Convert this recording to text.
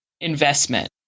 investment